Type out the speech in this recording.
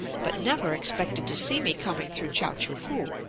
but never expected to see me coming through chao-choo-foo.